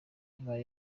iba